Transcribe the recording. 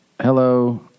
Hello